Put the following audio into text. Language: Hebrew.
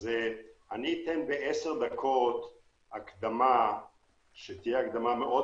בעשר דקות אתן הקדמה כללית